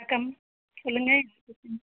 வணக்கம் சொல்லுங்கள் ம்